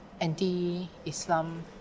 anti-Islam